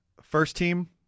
first-team